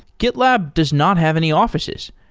gitlab does not have any offices,